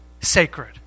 sacred